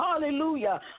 Hallelujah